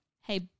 hey